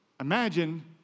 imagine